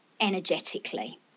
energetically